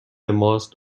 ماست